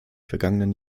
vergangenen